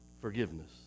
Forgiveness